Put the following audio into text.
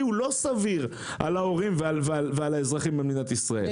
על ההורים ועל האזרחים במדינת ישראל הוא לא סביר.